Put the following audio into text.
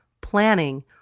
planning